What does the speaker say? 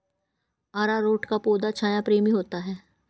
अरारोट का पौधा छाया प्रेमी होता है